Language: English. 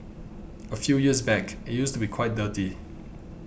a few years back it used to be quite dirty